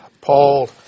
Paul